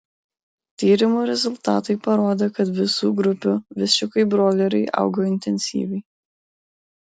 tyrimų rezultatai parodė kad visų grupių viščiukai broileriai augo intensyviai